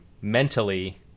mentally